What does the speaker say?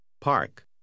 park